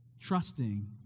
trusting